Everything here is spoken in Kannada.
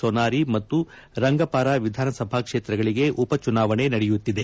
ಸೋನಾರಿ ಮತ್ತು ರಂಗಪಾರಾ ವಿಧಾನಸಭಾ ಕ್ಷೇತ್ರಗಳಿಗೆ ಉಪಚುನಾವಣೆ ನಡೆಯುತ್ತಿದೆ